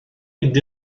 mynd